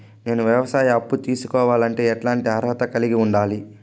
నేను వ్యవసాయ అప్పు తీసుకోవాలంటే ఎట్లాంటి అర్హత కలిగి ఉండాలి?